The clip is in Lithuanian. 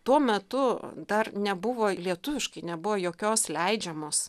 tuo metu dar nebuvo lietuviškai nebuvo jokios leidžiamos